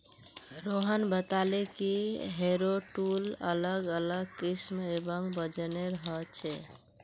रोहन बताले कि harrow tool अलग अलग किस्म एवं वजनेर ह छे